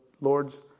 Lord's